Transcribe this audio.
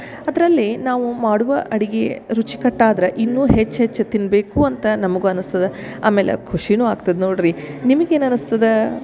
ಅದರಲ್ಲಿ ನಾವು ಮಾಡುವ ಅಡಿಗಿ ರುಚಿಕಟ್ಟಾದ್ರ ಇನ್ನು ಹೆಚ್ಚು ಹೆಚ್ಚು ತಿನ್ನಬೇಕು ಅಂತ ನಮ್ಗು ಅನ್ಸ್ತದ ಆಮೇಲೆ ಖುಷಿನು ಆಗ್ತದ ನೋಡ್ರಿ ನಿಮ್ಗ ಏನು ಅನ್ಸ್ತದೆ